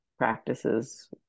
practices